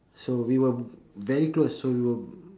so we were very close so we were